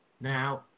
Now